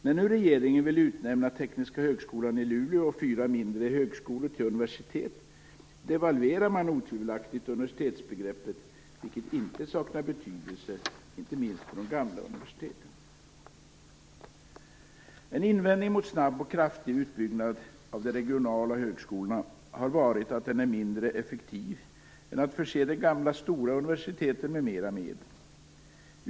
När nu regeringen vill utnämna Tekniska högskolan i Luleå och fyra mindre högskolor till universitet devalverar man otvivelaktigt universitetsbegreppet, vilket inte saknar betydelse, inte minst för de gamla universiteten. En invändning mot en snabb och kraftig utbyggnad av de regionala högskolorna har varit att det är mindre effektivt än att förse de gamla stora universiteten med mera medel.